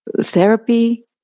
therapy